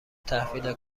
تحویل